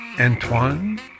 Antoine